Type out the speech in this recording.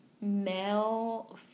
male